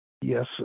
yes